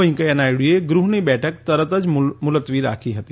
વેકૈંયા નાયડુએ ગૃહની બેઠક તરત જ મુલતવી રાખી હતી